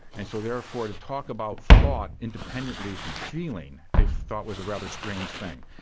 and so therefore to talk about thought independently from feeling, they thought was a rather strange thing.